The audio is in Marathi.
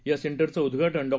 या सेंटरचं उद्घाटन डॉ